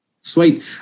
Sweet